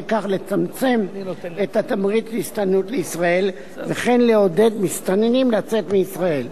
כך לצמצם את התמריץ להסתננות לישראל וכן לעודד מסתננים לצאת מישראל.